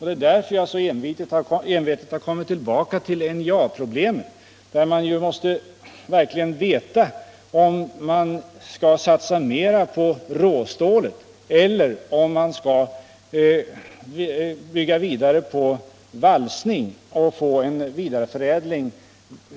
Det är därför som jag så envetet har kommit tillbaka till NJA-problemet. Man måste ju verkligen veta om man skall satsa mera på råstålet eller om man skall bygga vidare på valsning och få en vidareförädling.